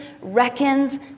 reckons